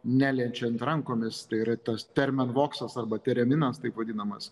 neliečiant rankomis tai yra tas termenvoksas arba tereminas taip vadinamas